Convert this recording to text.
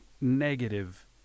negative